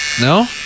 no